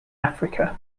africa